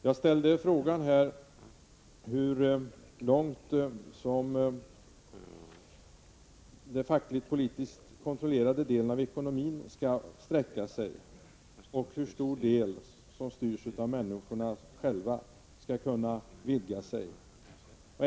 Jag ställde frågan hur långt som den fackligt-politiskt kontrollerade delen av ekonomin skall sträcka sig och hur mycket den del som styrs av människorna själva skall kunna vidga sig.